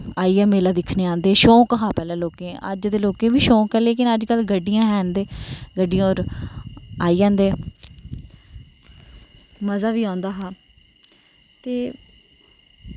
आइयै मेला दिक्खने आंदे हे शौक हा पैह्लें लोकें अज्ज ते लोकें बी शौक ऐ लेकिन अजकल गड्डियां हैन ते गड्डियें पर आई जंदे मज़ा बी आंदा हा ते